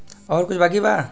और कुछ बाकी बा?